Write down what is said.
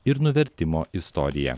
ir nuvertimo istoriją